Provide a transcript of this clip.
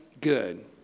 good